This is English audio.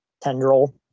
tendril